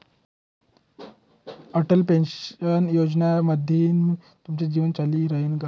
Atal pension योजनाना माध्यमथीन तुमनं जीवन चाली रायनं का?